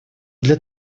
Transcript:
для